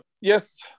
Yes